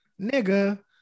nigga